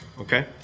okay